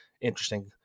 interesting